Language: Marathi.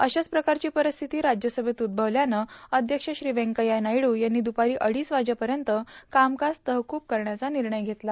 अशाच प्रकारची परिस्थिती राज्यसभेत उद्भवल्यानं अध्यक्ष श्री व्यंकय्या नायडू यांनी दुपारी अडीच वाजेपर्यत कामकाज तहकूब करण्याचा निर्णय घेतला